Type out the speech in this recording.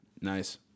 Nice